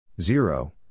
Zero